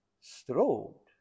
strode